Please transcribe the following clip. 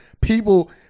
people